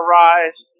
rise